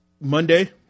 Monday